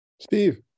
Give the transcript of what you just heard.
Steve